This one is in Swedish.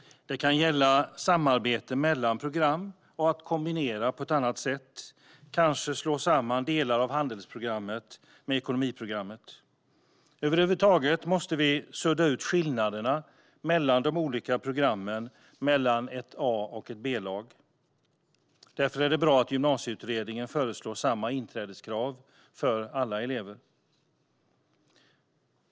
Det kan gälla att samarbeta mellan program och att kombinera på ett annat sätt, kanske slå samman delar av handelsprogrammet med ekonomiprogrammet. Över huvud taget måste vi sudda ut skillnaderna mellan de olika programmen, mellan ett A och ett B-lag. Därför är det bra att Gymnasieutredningen föreslår samma inträdeskrav för alla elever.